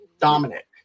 Dominic